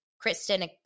Kristen